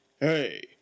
Hey